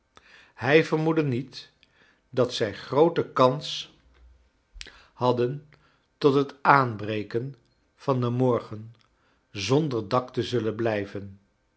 hij vermoedde niet dat zij groote kans hadden tot het aanbreken van den morgen zonder dak te zullen blijven